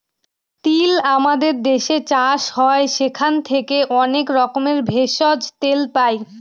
তিল আমাদের দেশে চাষ হয় সেখান থেকে অনেক রকমের ভেষজ, তেল পাই